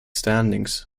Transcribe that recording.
standings